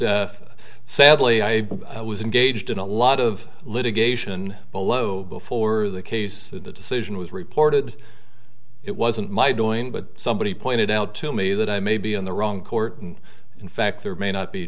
that sadly i was engaged in a lot of litigation below before the case that the decision was reported it wasn't my doing but somebody pointed out to me that i may be in the wrong court and in fact there may not be